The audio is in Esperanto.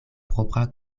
propra